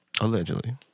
Allegedly